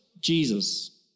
jesus